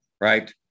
right